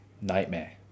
nightmare